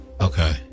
Okay